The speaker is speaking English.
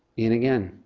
ian again,